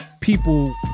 people